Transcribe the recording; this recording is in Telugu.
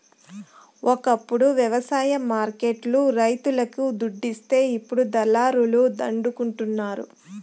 ఒకప్పుడు వ్యవసాయ మార్కెట్ లు రైతులకు దుడ్డిస్తే ఇప్పుడు దళారుల దండుకుంటండారు